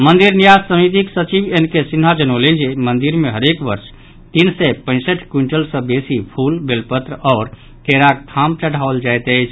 मंदिर न्यास समितिक सचिव एन के सिन्हा जनौलनि जे मंदिर मे हरेक वर्ष तीन सय पैंसठि क्विंटल सॅ बेसी फूल बेलपत्र आओर केराक थाम चढ़ाओल जायत अछि